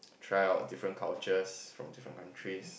try out different cultures from different countries